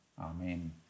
Amen